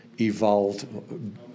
evolved